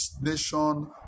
nation